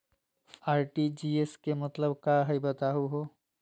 RTGS के का मतलब हई, बताहु हो?